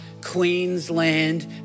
Queensland